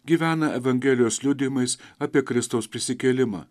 gyvena evangelijos liudijimais apie kristaus prisikėlimą